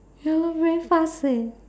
ya lor very fast leh